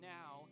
now